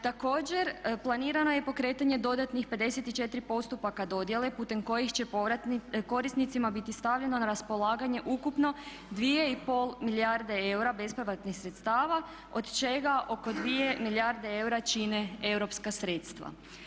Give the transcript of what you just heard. Također, planirano je pokretanje dodatnih 54 postupaka dodjele putem kojih će korisnicima biti stavljeno na raspolaganje ukupno 2,5 milijarde eura bespovratnih sredstava od čega oko 2 milijarde eura čine europska sredstva.